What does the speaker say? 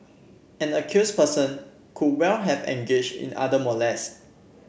an accused person could well have engaged in other molest